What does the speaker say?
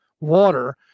water